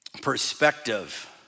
perspective